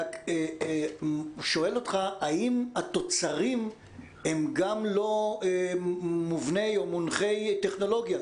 אני שואל אותך האם התוצרים הם גם לא מובני או מונחי טכנולוגיה.